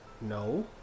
No